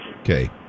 Okay